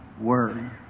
Word